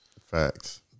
Facts